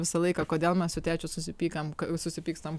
visą laiką kodėl mes su tėčiu susipykom susipykstam